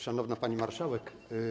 Szanowna Pani Marszałek!